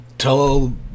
tell